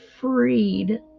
freed